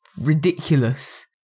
ridiculous